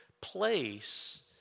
Place